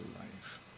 life